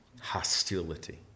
hostility